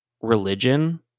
religion